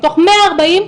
מתוך מאה ארבעים,